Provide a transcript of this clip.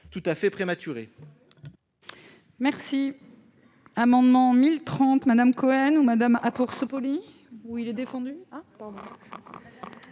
tout à fait prématurée.